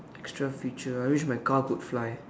extra feature I wish my car could fly